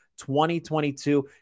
2022